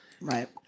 Right